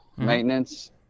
Maintenance